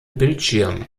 bildschirm